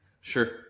Sure